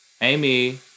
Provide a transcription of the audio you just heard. Amy